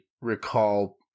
recall